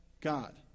God